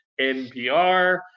npr